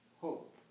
Hope